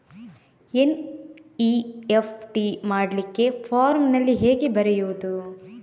NEFT ಮಾಡ್ಲಿಕ್ಕೆ ಫಾರ್ಮಿನಲ್ಲಿ ಹೇಗೆ ಬರೆಯುವುದು?